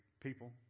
people